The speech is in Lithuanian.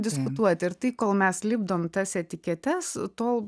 diskutuoti ir tai kol mes lipdom tas etiketes tol